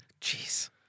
Jeez